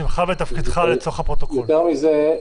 יותר מזה,